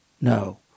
No